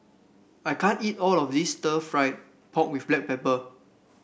I can't eat all of this stir fry pork with Black Pepper